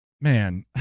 Man